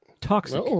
Toxic